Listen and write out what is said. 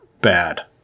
bad